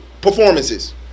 performances